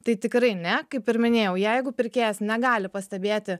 tai tikrai ne kaip ir minėjau jeigu pirkėjas negali pastebėti